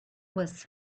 was